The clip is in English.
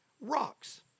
rocks